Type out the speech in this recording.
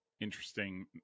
interesting